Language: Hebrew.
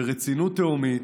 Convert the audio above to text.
ברצינות תהומית,